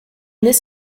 this